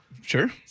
Sure